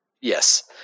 Yes